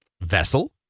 vessel